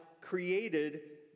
created